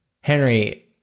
Henry